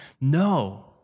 No